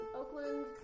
Oakland